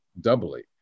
doubly